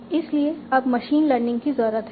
इसीलिए अब machine learning की जरूरत है